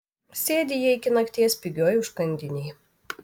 sėdi jie iki nakties pigioj užkandinėj